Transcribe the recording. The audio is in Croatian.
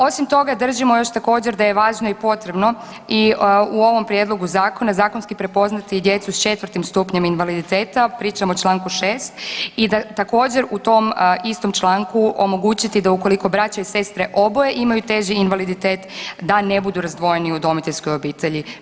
Osim toga držimo još također da je važno i potrebno i u ovom prijedlogu zakona zakonski prepoznati i djecu s 4 stupnjem invaliditeta, pričam o Članku 6. I da također u tom istom članku omogućiti da ukoliko braća i sestre oboje imaju teži invaliditet da ne budu razdvojeni u udomiteljskoj obitelji.